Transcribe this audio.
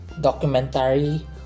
documentary